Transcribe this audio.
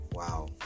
Wow